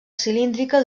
cilíndrica